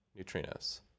neutrinos